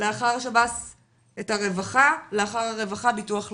לאחר השב"ס את הרווחה, לאחר הרווחה ביטוח לאומי.